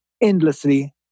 endlessly